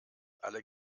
alle